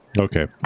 Okay